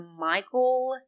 Michael